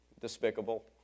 despicable